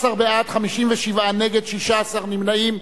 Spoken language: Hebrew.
13 בעד, 57 נגד, 16 נמנעים.